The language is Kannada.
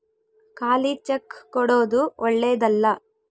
ಖಾಲಿ ಚೆಕ್ ಕೊಡೊದು ಓಳ್ಳೆದಲ್ಲ